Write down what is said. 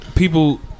people